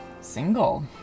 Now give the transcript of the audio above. single